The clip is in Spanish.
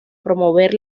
promover